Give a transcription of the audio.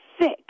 sick